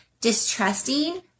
Distrusting